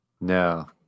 No